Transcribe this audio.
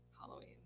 halloween